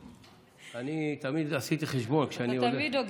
אני תמיד עשיתי חשבון, כשאני, אתה תמיד הוגן.